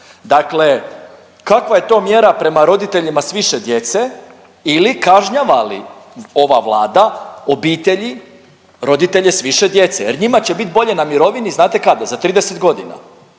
Dakle, kakva je to mjera prema roditeljima s više djece ili kažnjava li ova Vlada obitelji, roditelje s više djece jer njima će biti bolje na mirovini znate kada za 30 godina